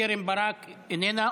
קרן ברק, איננה.